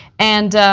and